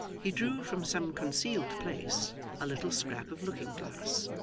he drew from some concealed place a little scrap of looking-glass,